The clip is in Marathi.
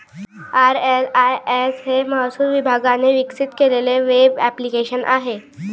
आर.एल.आय.एस हे महसूल विभागाने विकसित केलेले वेब ॲप्लिकेशन आहे